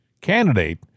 candidate